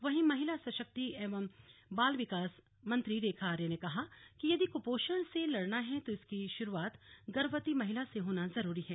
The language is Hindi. वहीं महिला सशक्तिकरण एवं बाल विकास मंत्री रेखा आर्या ने कहा कि यदि कुपोषण से लड़ना है तो इसकी शुरूआत गर्भवती महिला से होना जरूरी है